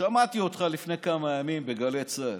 שמעתי אותך לפני כמה ימים בגלי צה"ל.